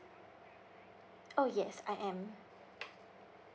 oh yes I am